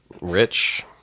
Rich